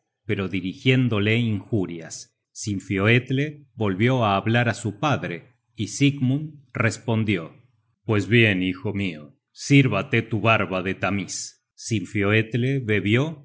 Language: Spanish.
pero dirigiéndole injurias sinfioetle volvió á hablar á su padre y sigmund respondió pues bien hijo mio sírvate tu barba de tamiz sinfioetle bebió